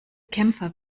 kämpfer